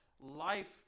life